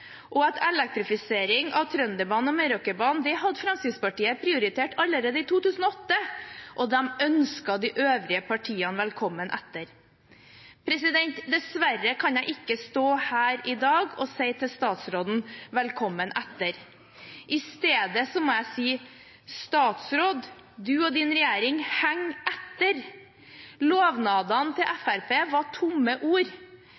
og at elektrifisering av Trønderbanen og Meråkerbanen hadde Fremskrittspartiet prioritert allerede i 2008. De ønsket de øvrige partiene velkommen etter. Dessverre kan jeg ikke stå her i dag og si velkommen etter til statsråden. I stedet må jeg si at statsråden og hans regjering henger etter. Lovnadene til Fremskrittspartiet var tomme ord.